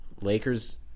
Lakers